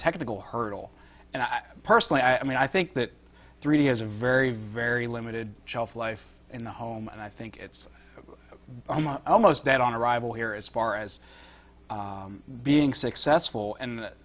technical hurdle and i personally i mean i think that three d has a very very limited shelf life in the home and i think it's almost dead on arrival here as far as being successful and